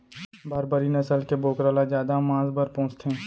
बारबरी नसल के बोकरा ल जादा मांस बर पोसथें